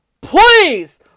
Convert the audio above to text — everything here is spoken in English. Please